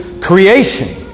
creation